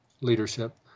leadership